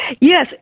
Yes